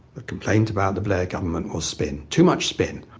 complaint about the blair government was spin, too much spin.